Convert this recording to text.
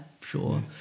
sure